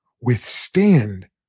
withstand